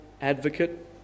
advocate